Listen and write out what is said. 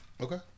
Okay